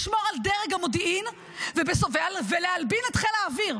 לשמור על דרג המודיעין ולהלבין את חיל האוויר.